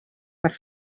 but